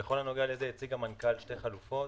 בכל הנוגע לזה המנכ"ל הציג שתי חלופות,